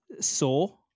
Saw